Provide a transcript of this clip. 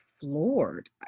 floored